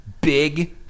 big